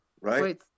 Right